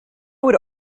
would